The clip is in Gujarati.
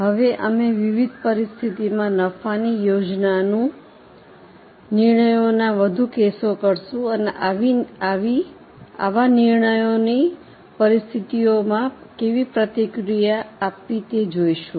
હવે અમે વિવિધ પરિસ્થિતિમાં નફાની યોજનાના નિર્ણયોના વધુ કેસો કરીશું અને આવી નિર્ણયની પરિસ્થિતિઓમાં કેવી પ્રતિક્રિયા આપવી તે જોઈશું